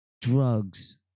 drugs